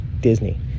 Disney